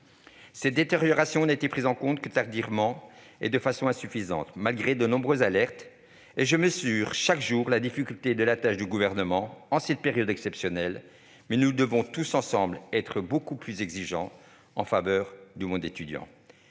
Cette détérioration n'a été prise en compte que tardivement et de manière insuffisante, malgré de nombreuses alertes. Je mesure chaque jour la difficulté de la tâche du Gouvernement en cette période exceptionnelle. Mais nous devons tous ensemble être beaucoup plus exigeants en faveur du monde étudiant.